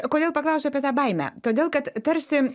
kodėl paklausiau apie tą baimę todėl kad tarsi